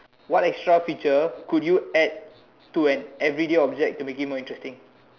what extra picture could you add to an everyday object to make it more interesting